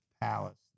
palace